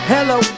Hello